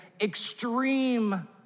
extreme